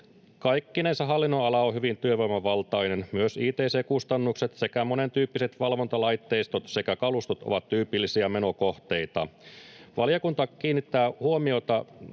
Kaikkinensa hallinnonala on hyvin työvoimavaltainen. Myös ict-kustannukset sekä monentyyppiset valvontalaitteistot sekä kalustot ovat tyypillisiä menokohteita. Valiokunta kiinnittää huomiota